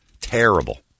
Terrible